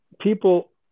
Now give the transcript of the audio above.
People